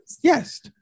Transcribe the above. Yes